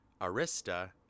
Arista